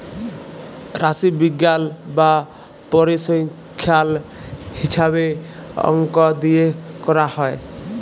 রাশিবিজ্ঞাল বা পরিসংখ্যাল হিছাবে অংক দিয়ে ক্যরা হ্যয়